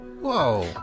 Whoa